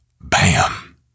Bam